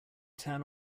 turn